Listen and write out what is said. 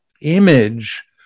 image